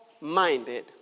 minded